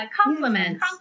compliment